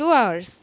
two hours